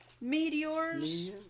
meteors